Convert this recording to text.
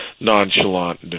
nonchalant